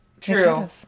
True